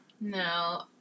No